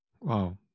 wow